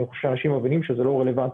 אני חושב שאנשים מבינים שזה לא רלוונטי.